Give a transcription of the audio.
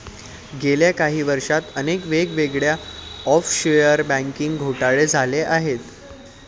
गेल्या काही वर्षांत अनेक वेगवेगळे ऑफशोअर बँकिंग घोटाळे झाले आहेत